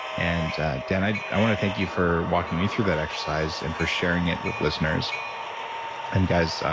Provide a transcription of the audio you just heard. and dan, i i want to thank you for walking me through that exercise and for sharing it with listeners and guys,